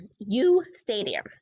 U-Stadium